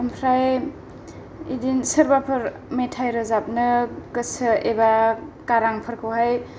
ओमफ्राय इदिन सोरबाफोर मेथाइ रोजाबनो गोसो एबा गारांफोरखौहाय